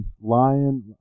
lion